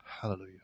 Hallelujah